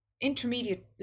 intermediate